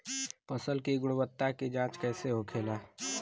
फसल की गुणवत्ता की जांच कैसे होखेला?